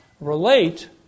relate